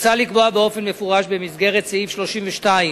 מוצע לקבוע באופן מפורש, במסגרת סעיף 32,